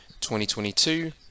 2022